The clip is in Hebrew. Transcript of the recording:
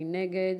מי נגד?